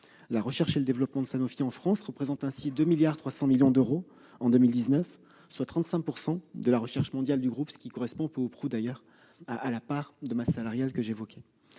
La recherche et développement de Sanofi en France représente ainsi 2,3 milliards d'euros en 2019, soit 35 % de la recherche mondiale du groupe, ce qui correspond, peu ou prou, à la part de masse salariale que je viens